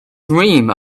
dream